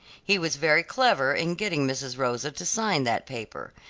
he was very clever in getting mrs. rosa to sign that paper.